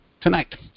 tonight